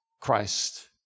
Christ